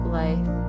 life